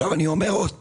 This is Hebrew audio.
אני אומר עוד פעם,